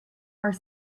are